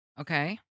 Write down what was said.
Okay